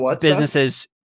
businesses